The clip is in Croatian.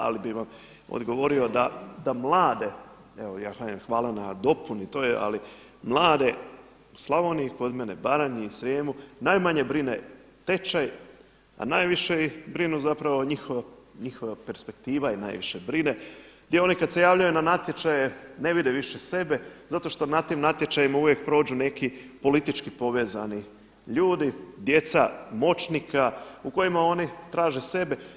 Ali bih vam odgovorio da mlade, evo ja kažem hvala na dopuni toj, ali mlade u Slavoniji kod mene, Baranji i Srijemu najmanje brine tečaj, a najviše ih brinu zapravo njihova perspektiva ih najviše brine, gdje oni kad se javljaju na natječaje ne vide više sebe zato što na tim natječajima uvijek prođu neki politički povezani ljudi, djeca moćnika u kojima oni traže sebe.